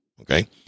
Okay